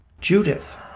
Judith